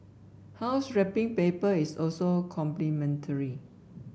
house wrapping paper is also complimentary